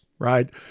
right